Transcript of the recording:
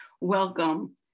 Welcome